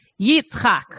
yitzchak